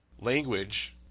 language